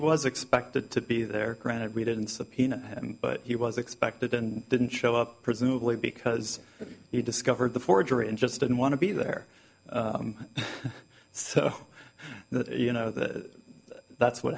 was expected to be there granted we didn't subpoena him but he was expected and didn't show up presumably because he discovered the forgery and just didn't want to be there so that you know that that's what